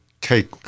take